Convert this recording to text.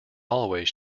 always